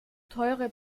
teure